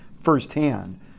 firsthand